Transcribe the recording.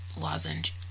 lozenge